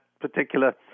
particular